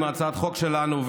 עם הצעת החוק שלנו.